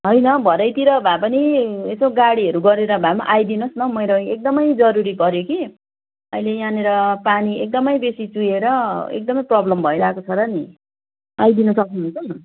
होइन भरेतिर भए पनि यसो गाडीहरू गरेर भए पनि आइदिनु होस् न मेरो एकदमै जरुरी पर्यो कि अहिले यहाँनिर पानी एकदमै बेसी चुहिएर एकदमै प्रब्लम भइरहेको छ र नि आइदिन सक्नुहुन्छ